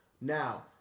Now